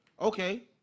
Okay